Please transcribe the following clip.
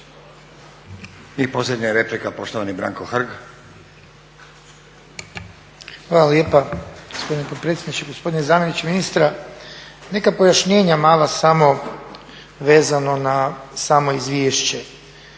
I posljednja replika poštovani Branko Hrg. **Hrg, Branko (HSS)** Hvala lijepa gospodine potpredsjedniče. Gospodine zamjeniče ministra, neka pojašnjenja mala samo vezano na samo izvješće.